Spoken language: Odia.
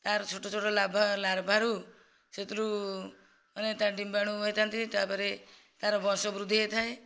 ତାର ଛୋଟ ଛୋଟ ଲାଭା ଲାର୍ଭା ରୁ ସେଥିରୁ ମାନେ ତା ଡିମ୍ବାଣୁ ହେଇଥାନ୍ତି ତାପରେ ତାର ବଂଶ ବୃଦ୍ଧି ହେଇଥାଏ